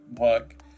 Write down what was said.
work